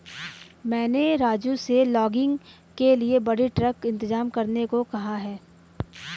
मैंने राजू से लॉगिंग के लिए बड़ी ट्रक इंतजाम करने को कहा है